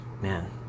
man